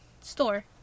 store